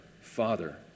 Father